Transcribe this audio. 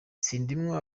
sindimwo